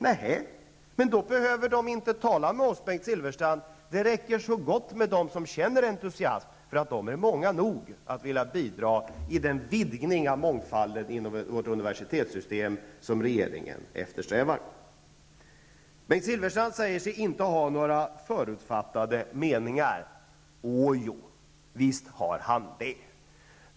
Nej, men då behöver de inte tala med oss. Det räcker så gott med dem som känner entusiasm. De är många nog som vill bidra i den vidgning av mångfalden inom vårt universitetssystem som regeringen eftersträvar. Bengt Silfverstrand säger sig inte ha några förutfattade meningar. Åjo, visst har han det!